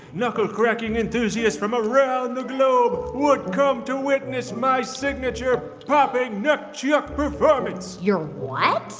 knuckle-cracking enthusiasts from around the globe would come to witness my signature popping knuckchuck performance your what?